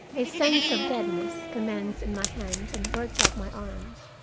a sense of deadness commenced in my hands and worked up my arms.